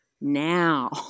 now